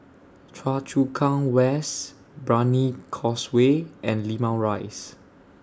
Choa Chu Kang West Brani Causeway and Limau Rise